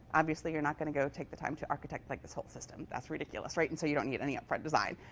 obviously, you're not going to go take the time to architect like a whole system. that's ridiculous, right? and so you don't need any upfront design.